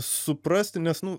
suprasti nes nu